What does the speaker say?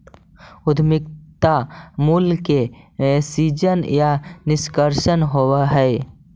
उद्यमिता मूल्य के सीजन या निष्कर्षण होवऽ हई